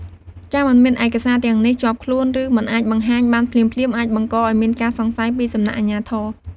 ការមិនមានឯកសារទាំងនេះជាប់ខ្លួន ឬមិនអាចបង្ហាញបានភ្លាមៗអាចបង្កឱ្យមានការសង្ស័យពីសំណាក់អាជ្ញាធរ។